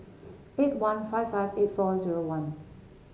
eight one five five eight four zero one